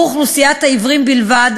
בשנת 2014 הוקצו לאוכלוסיית העיוורים בלבד